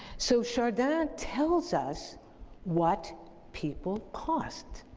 so, chardin tells us what people cost.